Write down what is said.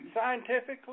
scientifically